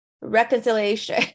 reconciliation